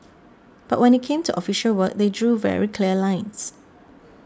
but when it came to official work they drew very clear lines